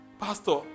Pastor